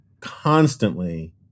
constantly